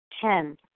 Ten